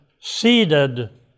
seeded